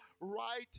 right